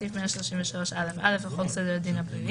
בסעיף 133א(א) לחוק סדר הדין הפלילי,